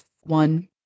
one